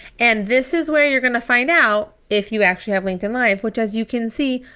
and this is where you're gonna find out if you actually have linkedin live, which as you can see,